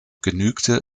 genügte